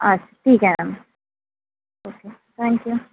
अच्छा ठीक आहे न ओके थँक्यू